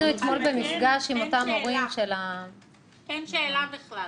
אין שאלה בכלל.